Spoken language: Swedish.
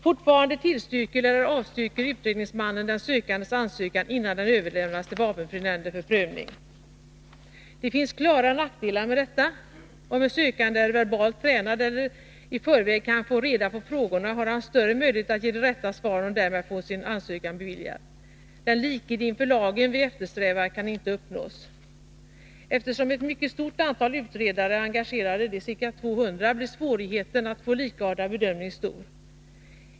Fortfarande tillstyrker eller avstyrker utredningsmannen den sökandes ansökan innan den överlämnas till vapenfrinämnden för prövning. Det finns klara nackdelar med detta. Om en sökande är verbalt tränad eller i förväg kan få reda på frågorna, har han större möjlighet att ge de rätta svaren och därmed få sin ansökan beviljad. Den likhet inför lagen vi eftersträvar kan inte uppnås. Eftersom ett mycket stort antal utredare är engagerade, ca 200, blir svårigheten att få likartad bedömning stor.